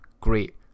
great